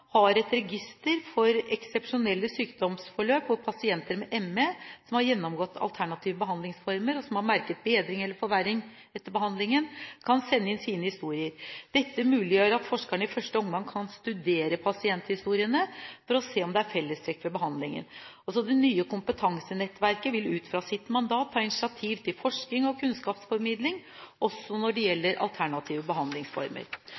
har et register for eksepsjonelle sykdomsforløp hvor pasienter med ME som har gjennomgått alternative behandlingsformer og som har merket bedring/forverring etter en behandling, kan sende inn sine historier. Dette muliggjør at forskerne i første omgang kan studere pasienthistoriene for å se om det er fellestrekk mht behandling Videre: «Det nye kompetansenettverket vil ut fra sitt mandat ta initiativ til forskning og kunnskapsformidling, også når det gjelder alternative behandlingsformer.»